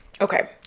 okay